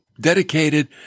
dedicated